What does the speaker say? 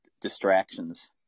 distractions